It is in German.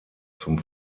zum